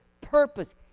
purpose